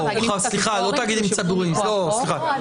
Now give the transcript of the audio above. תאגידים סטטוטוריים?